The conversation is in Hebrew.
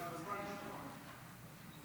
כפי שהבעתי אותה במשך כל הזמן